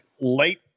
late